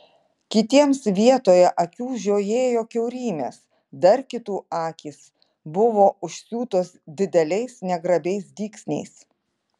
kitiems vietoje akių žiojėjo kiaurymės dar kitų akys buvo užsiūtos dideliais negrabiais dygsniais